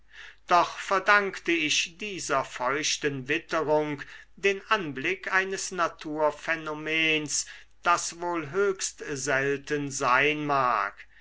doch verdankte ich dieser feuchten witterung den anblick eines naturphänomens das wohl höchst selten sein mag